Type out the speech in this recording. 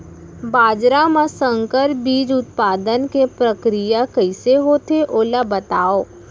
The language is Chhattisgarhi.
बाजरा मा संकर बीज उत्पादन के प्रक्रिया कइसे होथे ओला बताव?